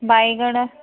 ବାଇଗଣ